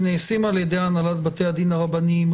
שנעשים על ידי הנהלת בתי הרבניים.